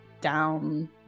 down